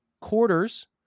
quarters